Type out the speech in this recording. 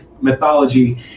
mythology